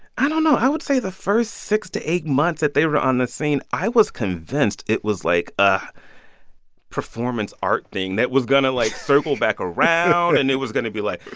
i don't know. i would say the first six to eight months that they were on the scene, i was convinced it was, like, a performance art thing that was going to, like, circle back around and it was going to be, like